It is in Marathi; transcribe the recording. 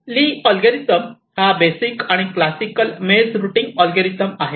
ली Lee's अल्गोरिदम हा बेसिक आणि क्लासिकल मेझ रुटींग अल्गोरिदम आहे